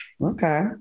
Okay